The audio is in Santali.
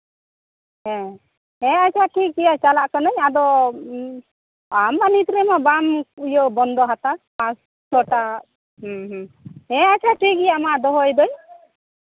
ᱦᱮᱸ ᱦᱮᱸ ᱟᱪᱪᱷᱟ ᱴᱷᱤᱠ ᱜᱮᱭᱟ ᱪᱟᱞᱟᱜ ᱠᱟᱹᱱᱟᱹᱧ ᱟᱫᱚ ᱟᱢ ᱢᱟ ᱱᱤᱛ ᱨᱮᱢᱟ ᱵᱟᱢ ᱤᱭᱟᱹ ᱵᱚᱱᱫᱚ ᱦᱟᱛᱟᱲ ᱯᱟᱸᱪ ᱪᱷᱚᱴᱟ ᱦᱮᱸ ᱦᱮᱸ ᱦᱮᱸ ᱟᱪᱪᱷᱟ ᱴᱷᱤᱠ ᱜᱮᱭᱟ ᱢᱟ ᱫᱚᱦᱚᱭᱮᱫᱟᱹᱧ